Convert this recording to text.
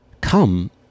come